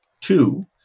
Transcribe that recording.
Two